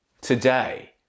today